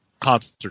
concert